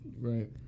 Right